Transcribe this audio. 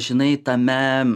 žinai tame